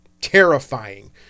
Terrifying